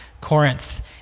Corinth